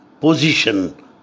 position